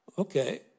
okay